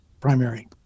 primary